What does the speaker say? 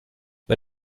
bei